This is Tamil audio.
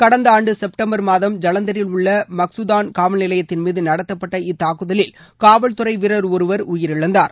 கடந்த ஆண்டு செப்டம்பர் மாதம் ஜலந்தரில் உள்ள மசூதான் காவல்நிலையத்தின்மீது நடத்தப்பட்ட இத்தாக்குதலில் காவல்துறை வீரர் ஒருவர் உயிரிழந்தார்